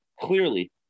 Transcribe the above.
clearly